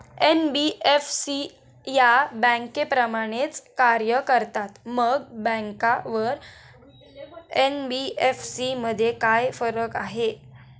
NBFC या बँकांप्रमाणेच कार्य करतात, मग बँका व एन.बी.एफ.सी मध्ये काय फरक आहे?